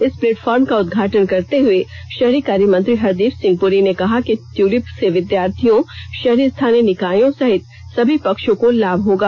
इस प्लेटफार्म का उद्घाटन करते हुए शहरी कार्य मंत्री हरदीप सिंह पुरी ने कहा कि ट्यूलिप से विद्यार्थियों शहरी स्थानीय निकायों सहित सभी पक्षों को लाभ होगा